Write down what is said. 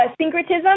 syncretism